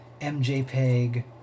MJPEG